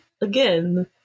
again